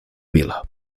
vila